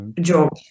job